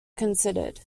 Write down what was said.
considered